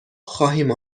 خواهیم